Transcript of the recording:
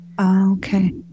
okay